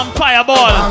fireball